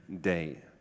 day